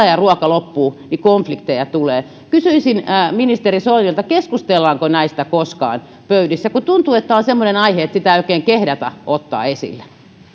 ja ruoka loppuu niin konflikteja tulee kysyisin ministeri soinilta keskustellaanko näistä koskaan niissä pöydissä kun tuntuu että tämä on semmoinen aihe että sitä ei oikein kehdata ottaa esille